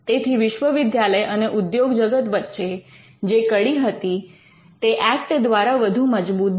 તેથી વિશ્વવિદ્યાલય અને ઉદ્યોગજગત વચ્ચે જે કડી હતી તે ઍક્ટ દ્વારા વધુ મજબૂત બની